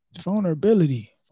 vulnerability